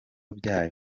byabo